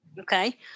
Okay